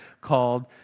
called